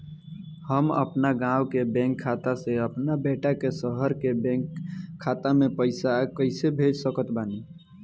हम अपना गाँव के बैंक खाता से अपना बेटा के शहर के बैंक खाता मे पैसा कैसे भेज सकत बानी?